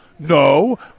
No